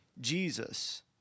Jesus